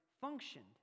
functioned